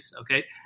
okay